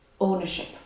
ownership